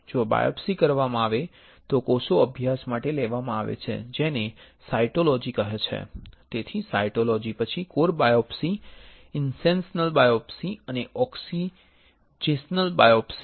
જો બાયોપ્સી કરવામાં આવે તો કોષો અભ્યાસ માટે લેવામાં આવે છે જેને સાયટોલોજી કહે છે તેથી સાયટોલોજી પછી કોર બાયોપ્સી ઇન્સેન્શનલ બાયોપ્સી અને એક્સિજેશનલ બાયોપ્સી